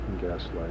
Gaslight